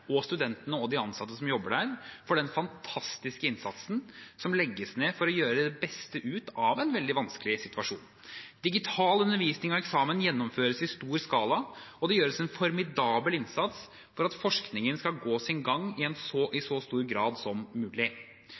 og studentene og de ansatte som jobber der, for den fantastiske innsatsen som legges ned for å gjøre det beste ut av en veldig vanskelig situasjon. Digital undervisning og eksamen gjennomføres i stor skala, og det gjøres en formidabel innsats for at forskningen skal gå sin gang i så stor grad som mulig.